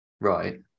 right